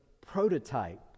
prototype